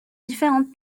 différentes